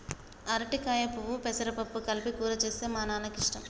అరటికాయ పువ్వు పెసరపప్పు కలిపి కూర చేస్తే మా నాన్నకి ఇష్టం